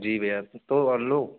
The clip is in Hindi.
जी भैया तो हम लोग